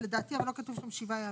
לדעתי אבל לא כתוב שם שבעה ימים.